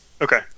Okay